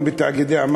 מכובדי השר,